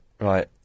Right